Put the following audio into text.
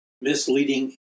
misleading